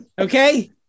Okay